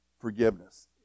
forgiveness